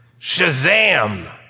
SHAZAM